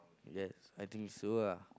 yes I think so ah